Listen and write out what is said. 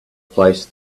placed